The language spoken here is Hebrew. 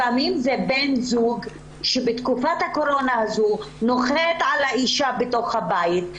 לפעמים זה בן זוג שבתקופת הקורונה נוחת על האישה בתוך הבית,